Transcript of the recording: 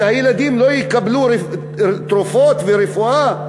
שילדים לא יקבלו תרופות ורפואה?